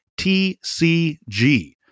TCG